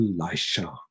Elisha